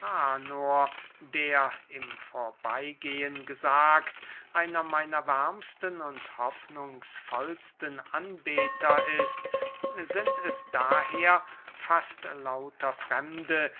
der im vorbeygehen gesagt einer meiner wärmsten und hoffnungsvollsten anbeter ist sind es daher fast lauter fremde